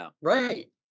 Right